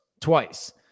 twice